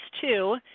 two